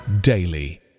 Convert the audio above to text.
daily